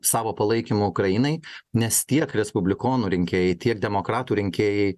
savo palaikymu ukrainai nes tiek respublikonų rinkėjai tiek demokratų rinkėjai